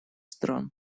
стран